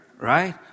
right